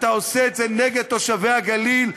אתה עושה את זה נגד תושבי הגליל,